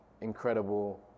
Incredible